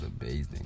amazing